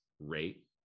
rate